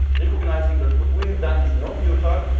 recognizing that what we have done is not neutral.